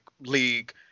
league